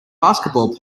basketball